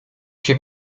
się